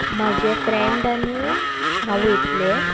म्हजे फ्रेंड आनी हांव वयतलें